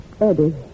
Eddie